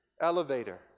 elevator